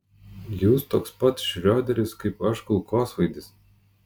jūs toks pat šrioderis kaip aš kulkosvaidis